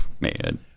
man